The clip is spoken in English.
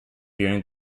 during